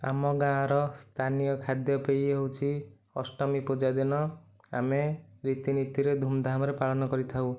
ଆମ ଗାଁର ସ୍ଥାନୀୟ ଖାଦ୍ୟ ପେୟ ହେଉଛି ଅଷ୍ଟମୀ ପୂଜା ଦିନ ଆମେ ରୀତିନୀତିରେ ଧୁମଧାମରେ ପାଳନ କରିଥାଉ